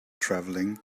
traveling